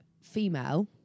female